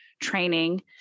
training